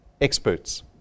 experts